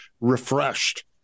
refreshed